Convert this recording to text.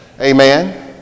Amen